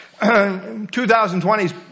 2020's